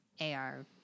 AR